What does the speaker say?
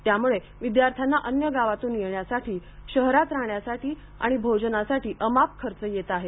त्यामुळे विद्यार्थ्यांना अन्य गावातून येण्यासाठी शहरात राहण्यासाठी आणि भोजनासाठी अमाप खर्च येत आहे